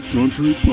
Country